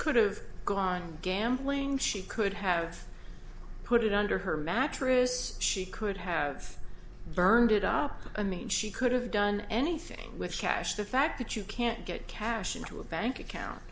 could've gone gambling she could have put it under her mattress she could have burned it up i mean she could have done anything with cash the fact that you can't get cash into a bank account